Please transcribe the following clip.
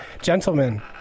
gentlemen